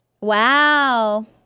wow